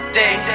day